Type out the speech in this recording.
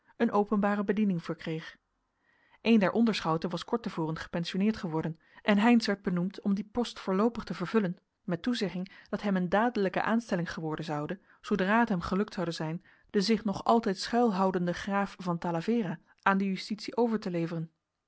een openbare bediening verkreeg een der onderschouten was kort te voren gepensionneerd geworden en heynsz werd benoemd om dien post voorloopig te vervullen met toezegging dat hem een dadelijke aanstelling geworden zoude zoodra het hem gelukt zoude zijn den zich nog altijd schuilhoudenden graaf van talavera aan de justitie over te leveren